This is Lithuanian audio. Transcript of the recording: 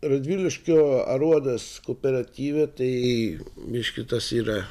radviliškio aruodas kooperatyve tai biškį tas yra